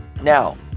now